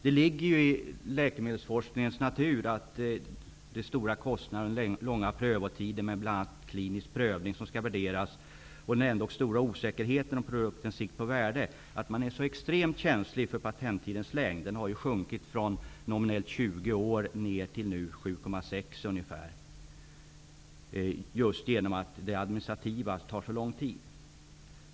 Det ligger ju i läkemedelsforskningens natur att vara extremt känslig för patenttidens längd. Det beror på de stora kostnaderna, den långa prövotiden med bl.a. klinisk prövning som skall värderas och den ändock stora osäkerheten om produktens värde på sikt. Patenttiden har ju sjunkit från nominellt 20 år ner till ungefär 7,6 år på grund av att det administrativa förfarandet tar så lång tid.